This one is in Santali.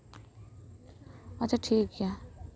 ᱟᱪᱪᱷᱟ ᱴᱷᱤᱠᱜᱮᱭᱟ